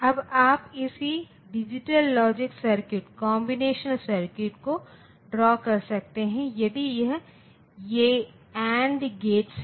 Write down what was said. अब आप इसी digital logic circuit combination circuit को ड्रा कर सकते हैं यदि यह ये AND गेट्स हैं